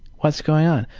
what's going on?